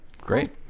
Great